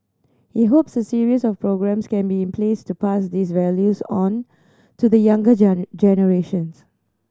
he hopes a series of programmes can be in place to pass these values on to the younger generation